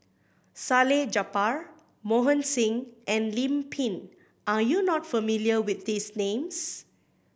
Salleh Japar Mohan Singh and Lim Pin are you not familiar with these names